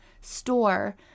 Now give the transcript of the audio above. store